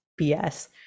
bs